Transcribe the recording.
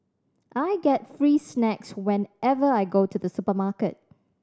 I get free snacks whenever I go to the supermarket